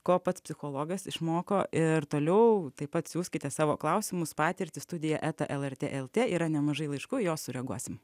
ko pats psichologas išmoko ir toliau taip pat siųskite savo klausimus patirtį studija eta lrt lt yra nemažai laiškų į juos sureaguosim